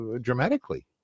dramatically